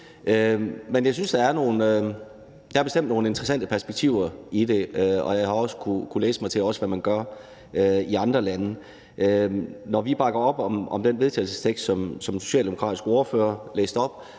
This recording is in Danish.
Men jeg synes, at der bestemt er nogle interessante perspektiver i det; og jeg har også kunnet læse mig til, hvad man gør i andre lande. Når vi bakker op om den vedtagelsestekst, som den socialdemokratiske ordfører læste op,